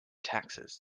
taxes